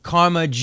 Karma